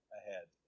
ahead